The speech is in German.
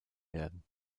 werden